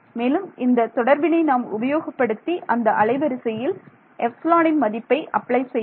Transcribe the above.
மேலும் இந்த தொடர்பினை நாம் உபயோகப்படுத்தி அந்த அலைவரிசையில் எப்ஸிலானின் மதிப்பை அப்ளை செய்தோம்